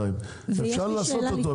אפשר לעשות אותו,